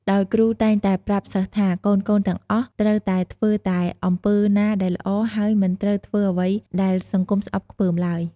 ដោយគ្រូតែងតែប្រាប់សិស្សថា កូនៗទាំងអស់ត្រូវតែធ្វើតែអំពើណាដែលល្អ ហើយមិនត្រូវធ្វើអ្វីដែលសង្គមស្អប់ខ្ពើមឡើយ។